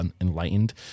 enlightened